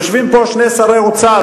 יושבים פה שני שרי אוצר,